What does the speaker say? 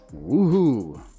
woohoo